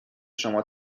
شما